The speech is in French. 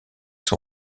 son